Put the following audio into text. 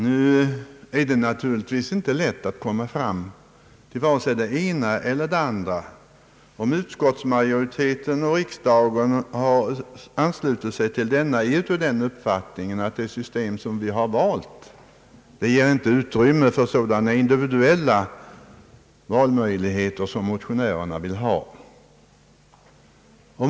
Nu är det naturligtvis inte lätt att komma fram till vare sig det ena eller det andra, om utskottsmajoriteten och riksdagen har anslutit sig till och är av den uppfattningen att det system vi har valt inte ger utrymme för sådana individuella valmöjligheter som motionärerna vill ha.